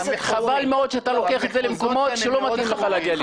חבל מאוד שאתה לוקח את זה למקומות שלא מתאים לך להגיע לשם.